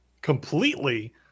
Completely